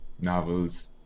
novels